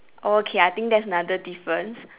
okay I think that's another difference